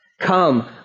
Come